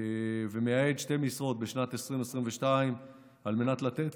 ומייעד שתי משרות בשנת 2022 על מנת לתת